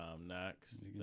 next